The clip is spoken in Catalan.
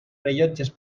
rellotges